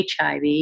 HIV